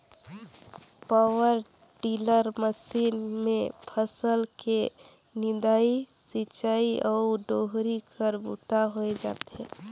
power tiller machine मे फसल के निंदई, सिंचई अउ डोहरी कर बूता होए जाथे